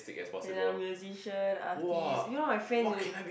then I'm musician artist you know my friend